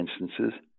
instances